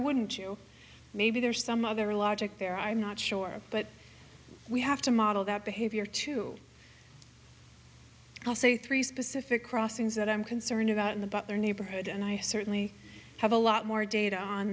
wouldn't you maybe there's some other logic there i'm not sure but we have to model that behavior to say three specific crossings that i'm concerned about in the butler neighborhood and i certainly have a lot more data on